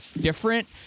different